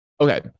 Okay